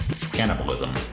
cannibalism